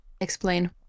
Explain